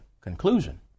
conclusion